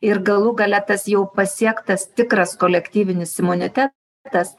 ir galų gale tas jau pasiektas tikras kolektyvinis imunitetas